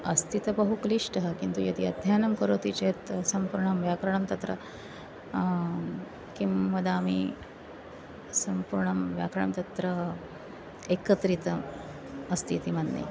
अस्ति तु बहुक्लिष्टः किन्तु यदि अध्ययनं करोति चेत् सम्पूर्णं व्याकरणं तत्र किं वदामि सम्पूर्णं व्याकरणं तत्र एकत्री अस्ति इति मन्ये